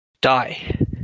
die